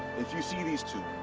if you see these two,